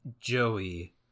Joey